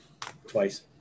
Twice